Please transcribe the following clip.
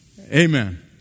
Amen